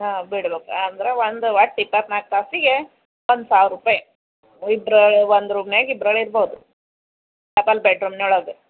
ಹಾಂ ಬಿಡಬೇಕಾ ಅಂದ್ರ ಒಂದು ಒಟ್ಟು ಇಪ್ಪತ್ನಾಲ್ಕು ತಾಸಿಗೆ ಒಂದು ಸಾವಿರ ರೂಪಾಯಿ ಇಬ್ಬರು ಒಂದು ರೂಮ್ನ್ಯಾಗ ಇಬ್ರೋಳು ಇರ್ಬೋದು ಡಬ್ಬಲ್ ಬೆಡ್ ರೂಮ್ನೊಳಗ